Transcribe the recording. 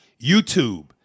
YouTube